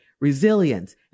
resilience